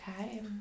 okay